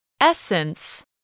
Essence